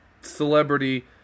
celebrity